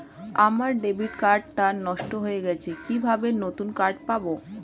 আমার debit card টা নষ্ট হয়ে গেছে কিভাবে নতুন কার্ড পাব?